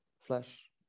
flesh